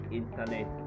internet